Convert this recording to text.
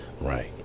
right